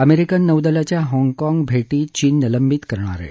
American नौदलाच्या हाँगकाँग भेटी चीन निलंबित करणार आहे